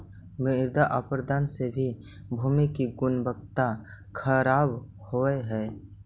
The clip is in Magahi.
मृदा अपरदन से भी भूमि की गुणवत्ता खराब होव हई